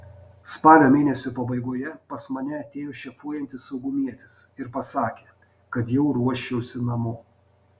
spalio mėnesio pabaigoje pas mane atėjo šefuojantis saugumietis ir pasakė kad jau ruoščiausi namo